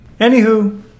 Anywho